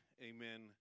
amen